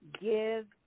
give